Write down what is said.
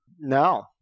No